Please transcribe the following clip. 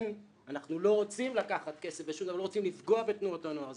אנחנו לא רוצים לקחת כסף מתנועות הנוער ולא רוצים לפגוע בתנועות הנוער.